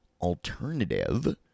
alternative